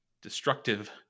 destructive